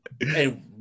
Hey